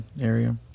area